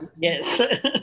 yes